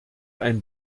ein